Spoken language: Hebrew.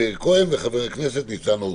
מאיר כהן וניצן הורוביץ.